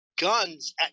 guns